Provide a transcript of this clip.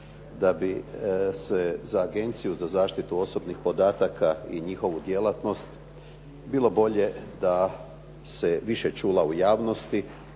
da bi se za Agenciju za zaštitu osobnih podataka i njihovu djelatnost bilo bolje da se više čula u javnosti,